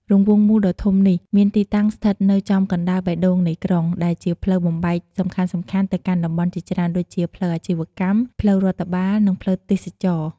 រង្វង់មូលដ៏ធំនេះ មានទីតាំងស្ថិតនៅចំកណ្តាលបេះដូងនៃក្រុង ដែលជាផ្លូវបំបែកសំខាន់ៗទៅកាន់តំបន់ជាច្រើន ដូចជា ផ្លូវអាជីវកម្ម ផ្លូវរដ្ឋបាល និងផ្លូវទេសចរណ៍។